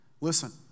Listen